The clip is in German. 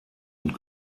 und